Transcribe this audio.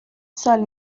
سال